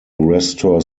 restore